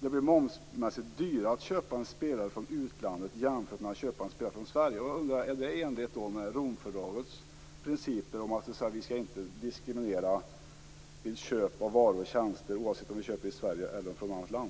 det blir momsmässigt dyrare att köpa en spelare från utlandet jämfört med att köpa en spelare från Sverige. Jag undrar: Är det i enlighet med Romfördragets principer att vi inte skall diskriminera vid köp av varor och tjänster, oavsett om vi köper i Sverige eller från annat land?